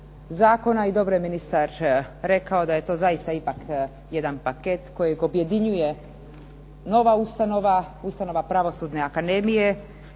I dobro je ministar rekao da je to zaista ipak jedan paket kojeg objedinjuje nova ustanova, ustanova Pravosudne akademije